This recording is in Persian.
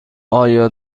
آیا